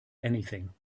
anything